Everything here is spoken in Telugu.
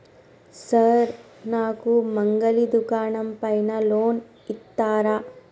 సార్ నాకు మంగలి దుకాణం పైన లోన్ ఇత్తరా?